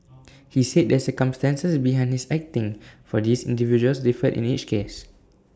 he said the circumstances behind his acting for these individuals differed in each case